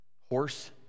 horse